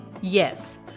Yes